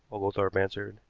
oglethorpe answered.